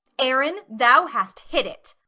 aaron, thou hast hit it.